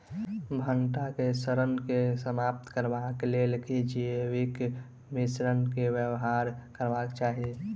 भंटा केँ सड़न केँ समाप्त करबाक लेल केँ जैविक मिश्रण केँ व्यवहार करबाक चाहि?